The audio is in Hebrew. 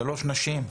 שלוש נשים.